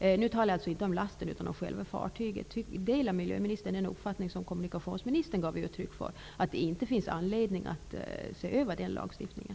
Nu talar jag alltså inte om lasten utan om själva fartyget. Delar miljöministern den uppfattning som kommunikationsministern gav uttryck för, att det inte finns anledning att se över den lagstiftningen?